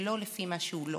ולא לפי מה שהוא לא.